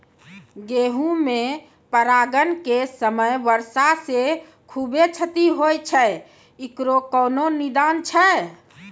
गेहूँ मे परागण के समय वर्षा से खुबे क्षति होय छैय इकरो कोनो निदान छै?